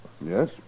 Yes